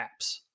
apps